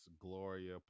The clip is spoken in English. Gloria